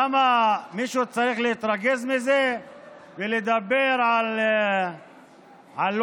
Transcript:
למה מישהו צריך להתרגז מזה ולדבר על לאומיות,